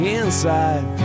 inside